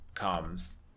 Comes